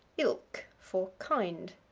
ilk for kind.